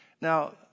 Now